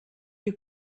you